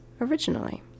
originally